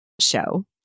show